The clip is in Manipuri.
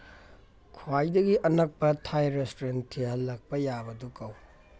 ꯈ꯭ꯋꯥꯏꯗꯒꯤ ꯑꯅꯛꯄ ꯊꯥꯏ ꯔꯦꯁꯇꯨꯔꯦꯟ ꯊꯤꯍꯜꯂꯛꯄ ꯌꯥꯕꯗꯨ ꯀꯧ